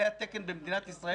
זה התקן במדינת ישראל.